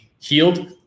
healed